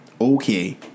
Okay